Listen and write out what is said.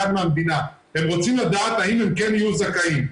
מהמדינה והם רוצים לדעת האם הם כן יהיו זכאים.